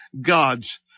God's